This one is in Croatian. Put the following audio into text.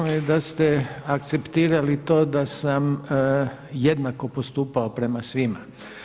Drago mi je da ste akceptirali to da sam jednako postupao prema svima.